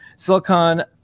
Silicon